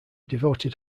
devoted